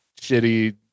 shitty